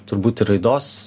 turbūt ir raidos